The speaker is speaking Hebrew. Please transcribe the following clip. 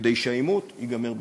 כדי שהעימות ייגמר בניצחון.